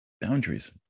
boundaries